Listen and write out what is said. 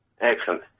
Excellent